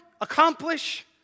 accomplish